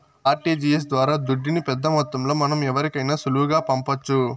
RTGS ద్వారా దుడ్డుని పెద్దమొత్తంలో మనం ఎవరికైనా సులువుగా పంపొచ్చు